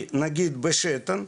גם בשתן,